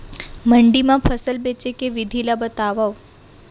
मंडी मा फसल बेचे के विधि ला बतावव?